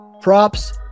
props